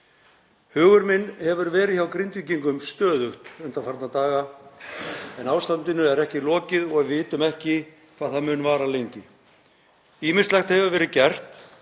Hugur minn hefur verið hjá Grindvíkingum stöðugt undanfarna daga en ástandinu er ekki lokið og við vitum ekki hvað það mun vara lengi. Ýmislegt hefur verið gert